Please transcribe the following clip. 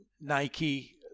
Nike